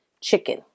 chicken